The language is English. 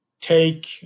take